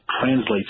translates